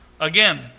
Again